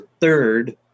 third